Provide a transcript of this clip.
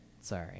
sorry